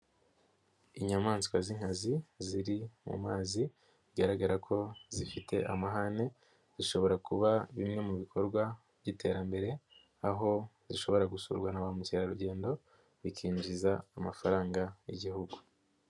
Inyamaswa z'inkazi ziri mu mazi bigaragara ko zifite amahane zishobora kuba bimwe mu bikorwa by'iterambere aho zishobora gusurwa na ba mukerarugendo bikinjiza amafaranga y'igihugu.